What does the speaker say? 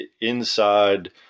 inside